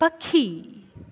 पखी